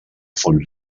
fons